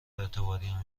اعتباریم